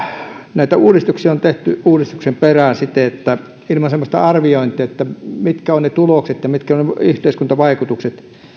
näitä uudistuksia on tehty uudistuksen perään ilman sellaista arviointia mitkä ovat ne tulokset ja mitkä ovat ne yhteiskuntavaikutukset